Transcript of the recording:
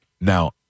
now